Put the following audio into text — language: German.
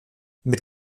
mit